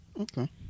Okay